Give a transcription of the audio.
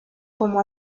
como